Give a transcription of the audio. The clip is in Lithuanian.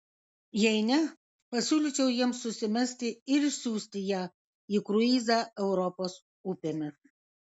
jei ne pasiūlyčiau jiems susimesti ir išsiųsti ją į kruizą europos upėmis